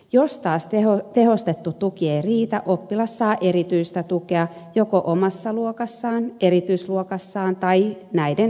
jos taas tehostettu tuki ei riitä oppilas saa erityistä tukea joko omassa luokassaan erityisluokassaan tai näiden yhdistelmänä